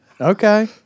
Okay